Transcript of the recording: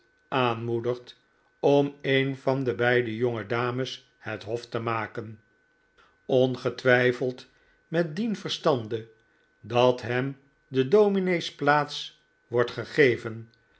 aanmoedigt om een van de beide jonge dames het hof te maken ongetwijfeld met dien verstande dat hem de domineesplaats wordt gegeven